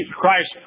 Christ